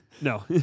No